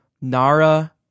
Nara